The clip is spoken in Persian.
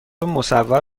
مصور